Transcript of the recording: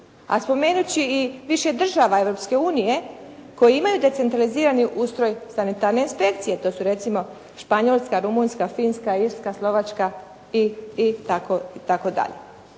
A spomenući i više država Europske unije koji imaju decentralizirani ustroj sanitarne inspekcije. To su recimo: Španjolska, Rumunjska, Finska, Irska, Slovačka i tako dalje.